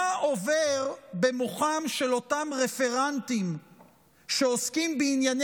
מה עובר במוחם של אותם רפרנטים שעוסקים בענייני